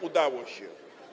Udało się.